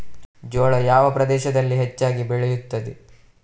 ಜೋಳ ಯಾವ ಪ್ರದೇಶಗಳಲ್ಲಿ ಹೆಚ್ಚಾಗಿ ಬೆಳೆಯುತ್ತದೆ?